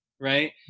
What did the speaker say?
right